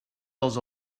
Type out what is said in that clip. dels